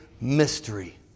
mystery